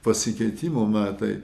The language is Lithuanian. pasikeitimų metai